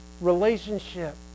relationship